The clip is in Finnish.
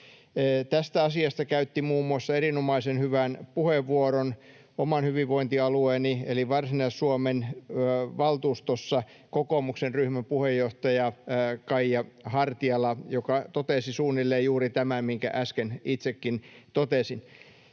Tästä asiasta käytti erinomaisen hyvän puheenvuoron muun muassa oman hyvinvointialueeni eli Varsinais-Suomen valtuustossa kokoomuksen ryhmäpuheenjohtaja Kaija Hartiala, joka totesi suunnilleen juuri tämän, minkä äsken itsekin totesin.